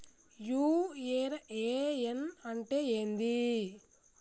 UAN అంటే ఏంది?